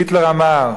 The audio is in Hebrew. היטלר אמר: